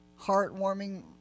heartwarming